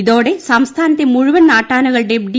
ഇതോടെ സംസ്ഥാനത്തെ മുഴുവൻ നാട്ടാനകളുടെയും ഡി